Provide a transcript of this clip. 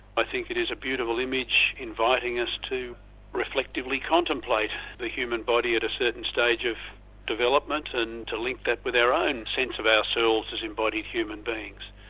i think it is a beautiful image inviting us to reflectively contemplate the human body at a certain stage of development and to link that with our own sense of ourselves as embodied human beings.